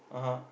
(uh huh)